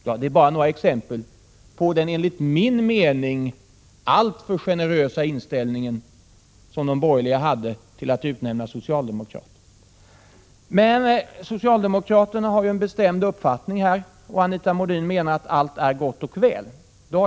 Detta är bara några exempel på den enligt min mening alltför generösa inställning som de borgerliga hade till att utnämna socialdemokrater. Socialdemokraterna har emellertid en bestämd uppfattning här, och Anita 81 Modin menar att allt är gott väl.